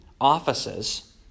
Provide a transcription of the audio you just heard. offices